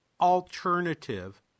alternative